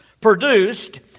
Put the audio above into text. produced